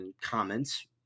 comments